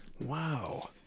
Wow